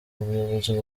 ubuyobozi